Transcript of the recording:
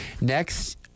Next